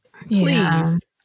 please